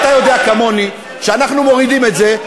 אתה יודע כמוני שאנחנו מורידים את זה,